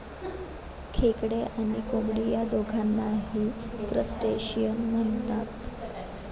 खेकडे आणि कोळंबी या दोघांनाही क्रस्टेशियन म्हणतात